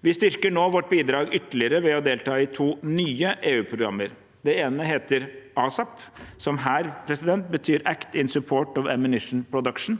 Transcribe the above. Vi styrker nå vårt bidrag ytterligere ved å delta i to nye EU-programmer. Det ene heter ASAP – som her betyr Act in Support of Ammunition Production,